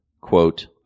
quote